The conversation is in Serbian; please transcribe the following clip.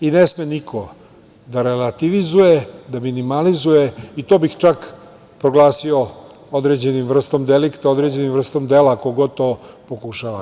Ne sme niko da relativizuje, da minimalizuje i to bih čak proglasio određenim vrstom delikta, određenom vrstom dela ko god to pokušava.